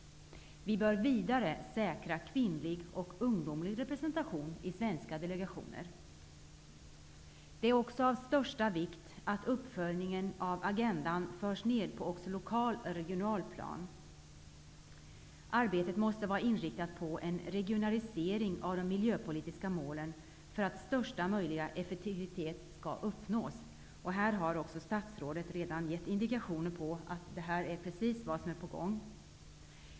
Vi bör vidare säkra kvinnlig och ungdomlig representation i svenska delegationer. Det är av största vikt att uppföljningen av Agendan förs ned på också lokalt och regionalt plan. Arbetet måste vara inriktat på en regionalisering av de miljöpolitiska målen, för att största möjliga effektivitet skall uppnås. Här har också statsrådet redan gett indikationer på att det är precis vad som är på gång.